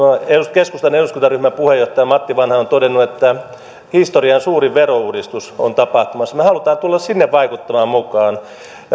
keskustan eduskuntaryhmän puheenjohtaja matti vanhanen on todennut että historian suurin verouudistus on tapahtumassa me haluamme tulla vaikuttamaan mukaan